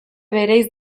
bereiz